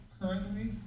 Currently